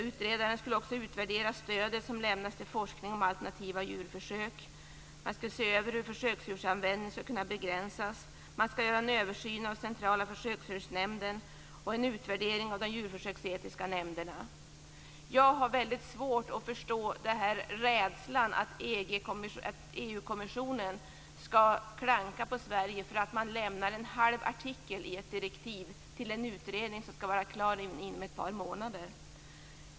Utredaren skulle också utvärdera stödet som lämnas till forskning om alternativa djurförsök, se över hur försöksdjursanvändningen skulle kunna begränsas samt göra en översyn av Centrala försöksdjursnämnden och en utvärdering av de djurförsöksetiska nämnderna. Jag har väldigt svårt att förstå rädslan för att EU kommissionen skall klanka på Sverige för att man lämnar en halv artikel i ett direktiv till en utredning som skall vara klar inom ett par månader.